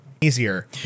easier